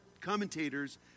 commentators